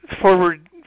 forward